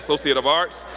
associate of arts,